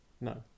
No